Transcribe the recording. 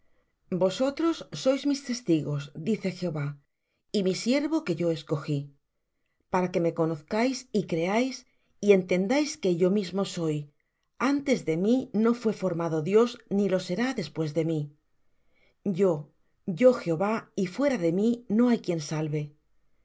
vosotros sois mis testigos dice jehová y mi siervo que yo escogí para que me conozcáis y creáis y entendáis que yo mismo soy antes de mí no fué formado dios ni lo será después de mí yo yo jehová y fuera de mí no hay quien salve yo